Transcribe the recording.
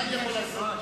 אז מה אני יכול לעשות.